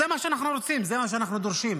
זה מה שאנחנו רוצים, זה מה שאנחנו דורשים.